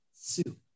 soup